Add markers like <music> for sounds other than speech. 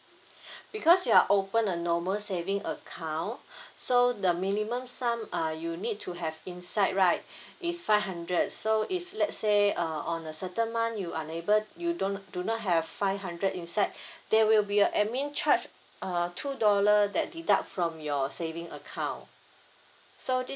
<breath> because you are open a normal saving account <breath> so the minimum sum ah you need to have inside right <breath> is five hundred so if let's say uh on a certain month you unable you don't do not have five hundred inside <breath> there will be a administration charge uh two dollar that deduct from your saving account so this is